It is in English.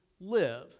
live